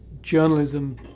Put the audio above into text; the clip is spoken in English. journalism